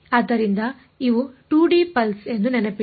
ಆದ್ದರಿಂದ ಇವು 2 D pulse ಎಂದು ನೆನಪಿಡಿ